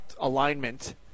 alignment